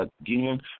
again